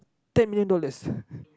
ten million dollars